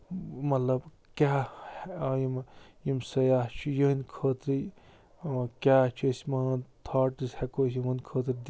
مطلب کیٛاہ یِمہٕ یِم سیاہ چھِ یِہٕنٛدِ خٲطرٕے کیٛاہ چھِ أسۍ مان تھارٹٕس ہٮ۪کو أسۍ یِمن خٲطرٕ